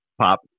pop